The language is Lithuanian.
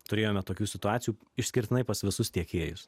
turėjome tokių situacijų išskirtinai pas visus tiekėjus